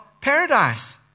paradise